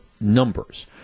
numbers